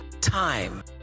time